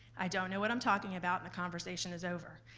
i don't know what i'm talking about and the conversation is over,